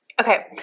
Okay